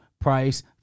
price